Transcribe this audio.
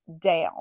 down